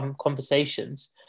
conversations